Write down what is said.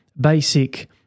basic